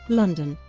london,